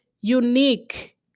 unique